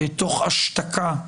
תוך השתקה,